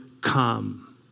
come